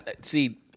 see